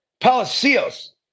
Palacios